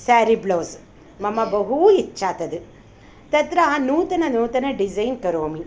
सेरि blouse मम बहु इच्छा तद् तत्र नूतननूतनडिज़ैन् करोमि